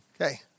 Okay